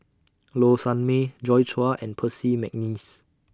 Low Sanmay Joi Chua and Percy Mcneice